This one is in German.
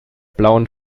blauen